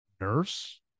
Nurse